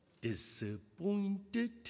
disappointed